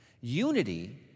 Unity